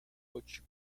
butch